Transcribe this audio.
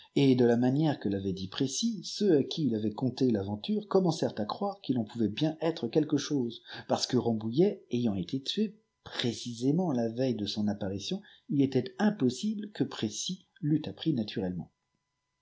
et de la maflfièi ué l'avait dît précy ceux à qui il avait conté l'aventuré commencèrent à croire qu'il en pouvait bien être quelque ehcsôi parce pie rambouillet layant ététué précjqint fa veille de son apparilion il àit impossible que précy l'eûi appris naturellemeu